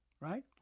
right